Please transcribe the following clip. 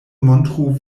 montru